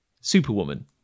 Superwoman